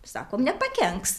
sakome nepakenks